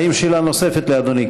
האם שאלה נוספת לאדוני?